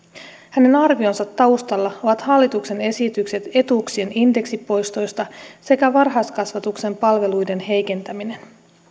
hänen arvionsa taustalla ovat hallituksen esitykset etuuksien indeksipoistoista sekä varhaiskasvatuksen palveluiden heikentäminen